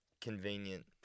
convenient